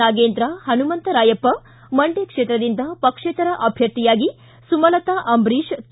ನಾಗೇಂದ್ರ ಹನುಮಂತರಾಯಪ್ಪ ಮಂಡ್ದ ಕ್ಷೇತ್ರದಿಂದ ಪಕ್ಷೇತರ ಅಭ್ಯಥಿಯಾಗಿ ಸುಮಲತಾ ಅಂಬರೀಶ್ ಕೆ